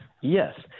yes